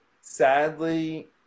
sadly